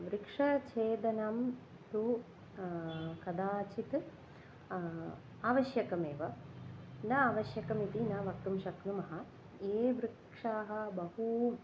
वृक्ष छेदनं तु कदाचित् आवश्यकमेव न आवश्यकमिति न वक्तुं शक्नुमः ये वृक्षाः बहु